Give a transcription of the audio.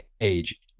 age